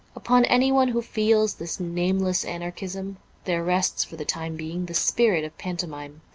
upon anyone who feels this nameless anarchism there rests for the time being the spirit of panto mime.